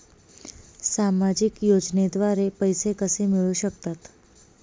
सामाजिक योजनेद्वारे पैसे कसे मिळू शकतात?